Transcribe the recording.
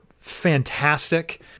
fantastic